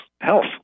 health